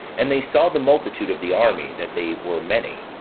and they saw the multitude of the army that they were many,